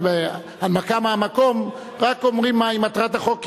בהנמקה מהמקום רק אומרים מהי מטרת החוק,